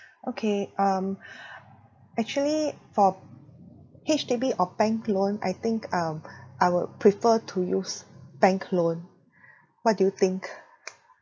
okay um actually for H_D_B or bank loan I think um I would prefer to use bank loan what do you think